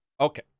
Okay